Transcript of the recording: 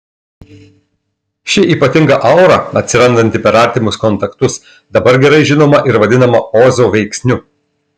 ši ypatinga aura atsirandanti per artimus kontaktus dabar gerai žinoma ir vadinama ozo veiksniu